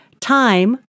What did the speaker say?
time